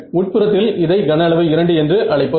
உட்புறத்தில் இதை கன அளவு 2 என்று அழைப்போம்